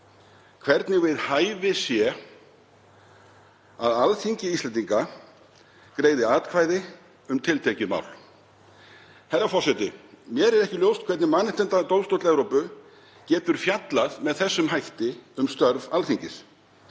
hvernig við hæfi sé að Alþingi Íslendinga greiði atkvæði um tiltekið mál. Herra forseti. Mér er ekki ljóst hvernig Mannréttindadómstóll Evrópu getur fjallað með þessum hætti um störf Alþingis.